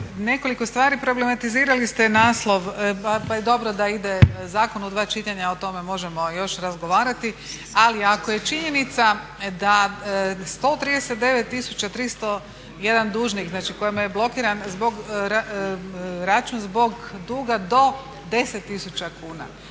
nekoliko stvari. Problematizirali ste naslov pa je dobro da ide zakon u dva čitanja, o tome možemo još razgovarati. Ali ako je činjenica da 139 tisuća 301 dužnik znači kojemu je blokiran račun zbog duga do 10 tisuća